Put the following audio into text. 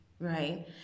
Right